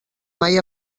mai